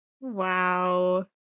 wow